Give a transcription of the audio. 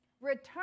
Return